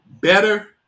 better